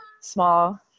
small